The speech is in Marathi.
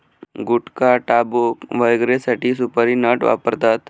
गुटखाटाबकू वगैरेसाठी सुपारी नट वापरतात